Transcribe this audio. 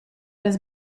las